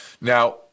Now